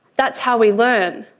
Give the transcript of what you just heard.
that's how we learn.